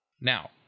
Now